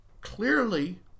clearly